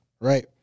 right